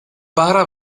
bara